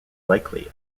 likely